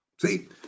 See